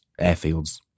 airfields